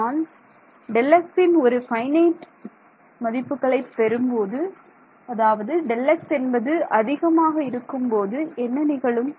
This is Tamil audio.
நான் Δxன் ஒரு ஃபைனைட் முடிவுள்ள மதிப்புகளை பெறும்போது அதாவது Δx என்பது அதிகமாக இருக்கும் போது என்ன நிகழும்